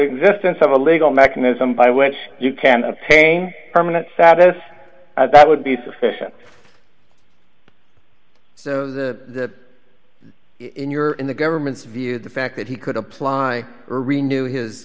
sense of a legal mechanism by which you can obtain permanent status that would be sufficient so the in your in the government's view the fact that he could apply renewed his